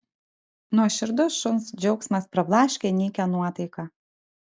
nuoširdus šuns džiaugsmas prablaškė nykią nuotaiką